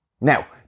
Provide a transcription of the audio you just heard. Now